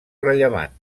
rellevant